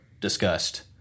discussed